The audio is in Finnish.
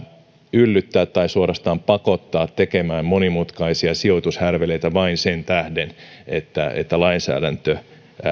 yllyttää tai suorastaan pakottaa tekemään monimutkaisia sijoitushärveleitä vain sen tähden että että lainsäädäntö